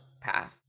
path